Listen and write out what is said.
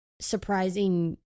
surprising